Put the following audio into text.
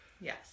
Yes